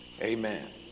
Amen